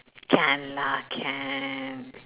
can lah can